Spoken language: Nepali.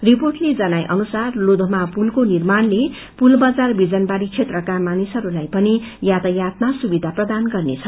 रिर्पोटले जनाए अनुसार लोथेमा पुलको निर्माणले पुलबजार विजनवारी क्षेत्रका मानिसहरूलाई पनि याातायातमा सुविधा प्रदान गर्नेछ